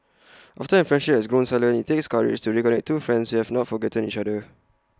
after A friendship has grown silent IT takes courage to reconnect two friends who have not forgotten each other